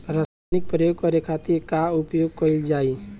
रसायनिक प्रयोग करे खातिर का उपयोग कईल जाइ?